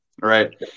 Right